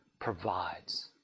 provides